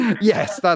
Yes